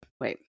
wait